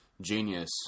genius